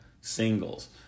singles